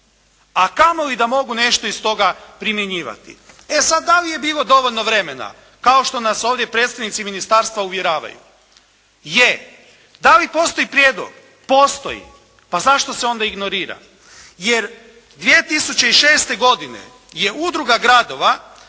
a kamoli da mogu nešto iz toga primjenjivati. E sad, da li je bilo dovoljno vremena kao što nas ovdje predstavnici ministarstva uvjeravaju? Je. Da li postoji prijedlog? Postoji. Pa zašto se onda ignorira? Jer, 2006. godine je udruga gradova